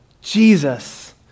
Jesus